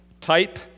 type